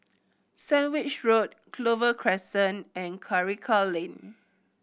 Sandwich Road Clover Crescent and Karikal Lane